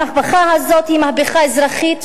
המהפכה הזאת היא מהפכה אזרחית,